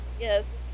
Yes